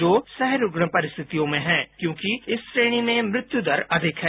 जो सह रुग्णता परिस्थितियों में है क्योंकि इस श्रेणी में मृत्यु दर अधिक हैं